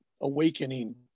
awakening